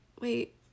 wait